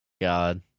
God